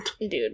Dude